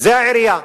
זה העירייה.